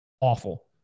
awful